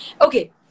Okay